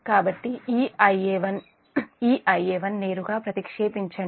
కాబట్టి ఈ Ia1 ఈ Ia1 నేరుగా ప్రతిక్షేపించండి